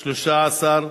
13,